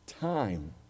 time